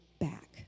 back